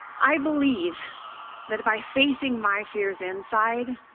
i believe that by facing my fears inside,